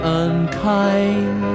unkind